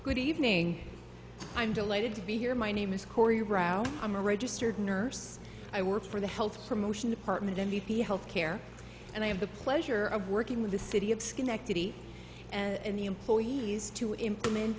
good evening i'm delighted to be here my name is corey rau i'm a registered nurse i work for the health promotion department n d p health care and i have the pleasure of working with the city of schenectady and the employees to implement